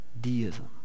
deism